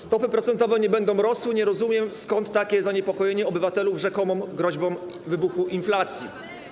Stopy procentowe nie będą rosły, nie rozumiem, skąd takie zaniepokojenie obywatelów rzekomą groźbą wybuchu inflacji.